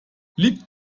liegt